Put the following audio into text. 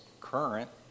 current